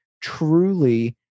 truly